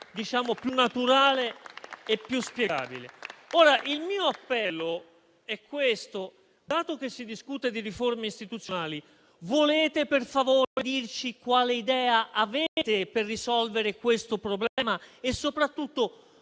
più naturale e più spiegabile. Il mio appello è il seguente. Dato che si discute di riforme istituzionali, volete, per favore, dirci quale idea avete per risolvere il problema?